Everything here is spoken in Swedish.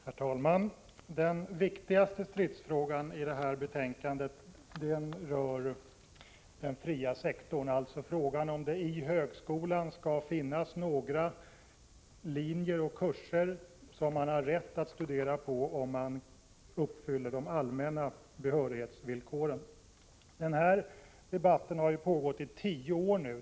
Herr talman! Den viktigaste stridsfrågan i detta betänkande rör den fria — 20 november 1985 sektorn, dvs. frågan om det i högskolan skall finnas några linjer och kusser. ZZGG —S som man har rätt att studera på om man uppfyller de allmänna behörighetsvillkoren. Den här debatten har pågått i tio år.